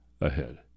ahead